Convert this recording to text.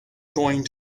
going